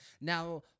Now